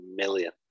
million